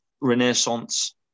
renaissance